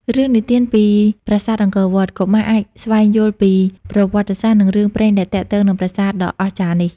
រឿងនិទានពីប្រាសាទអង្គរវត្ត កុមារអាចស្វែងយល់ពីប្រវត្តិសាស្ត្រ និងរឿងព្រេងដែលទាក់ទងនឹងប្រាសាទដ៏អស្ចារ្យនេះ។